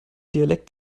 dialekt